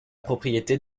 propriété